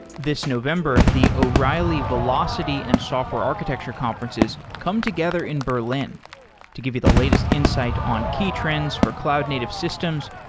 this november, the o'reilly velocity and software architecture conferences come together in berlin to give you the latest insight on key trends for cloud native systems,